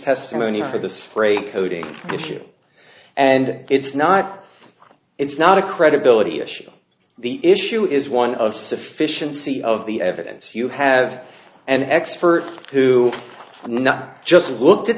testimony for the spray coding issue and it's not it's not a credibility issue the issue is one of sufficiency of the evidence you have an expert who not just looked at